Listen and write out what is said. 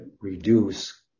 reduce